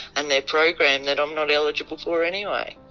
and their program that i'm not eligible for anyway.